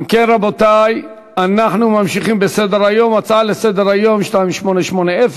נעבור להצעה לסדר-היום מס' 2880,